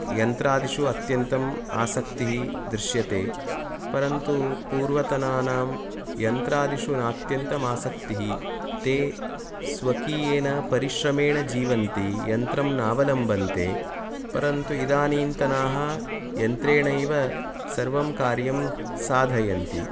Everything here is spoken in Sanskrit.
यन्त्रादिषु अत्यन्तम् आसक्तिः दृश्यते परन्तु पूर्वतनानां यन्त्रादिषु नात्यन्तम् आसक्तिः ते स्वकीयेन परिश्रमेण जीवन्ति यन्त्रं नावलम्बन्ते परन्तु इदानीन्तनाः यन्त्रेणैव सर्वं कार्यं साधयन्ति